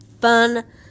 fun